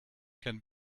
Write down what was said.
can